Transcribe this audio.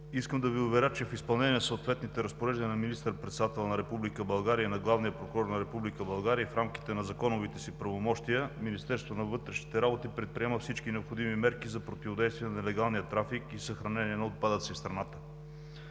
Искам да Ви уверя, че в изпълнение на съответните разпореждания на министър-председателя и на главния прокурор на Република България и в рамките на законовите си правомощия Министерството на вътрешните работи предприема всички необходими мерки за противодействие на нелегалния трафик и съхранение на отпадъци в страната.